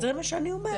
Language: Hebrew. אז זה מה שאני אומרת.